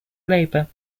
labor